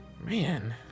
man